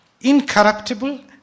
incorruptible